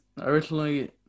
originally